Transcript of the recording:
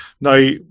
Now